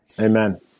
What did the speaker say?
Amen